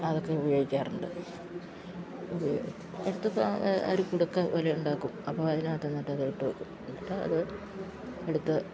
അതൊക്കെ ഉപയോഗിക്കാറുണ്ട് ഇത് എടുത്തിപ്പ ഒരു കുടുക്ക പോലെ ഉണ്ടാക്കും അപ്പം അതിനകത്ത് എന്നിട്ട് അത് ഇട്ട് വയ്ക്കും എന്നിട്ട് അത് എടുത്ത്